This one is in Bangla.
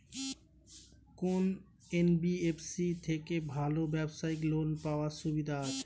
কোন এন.বি.এফ.সি থেকে ভালো ব্যবসায়িক লোন পাওয়ার সুবিধা আছে?